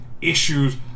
issues